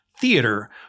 theater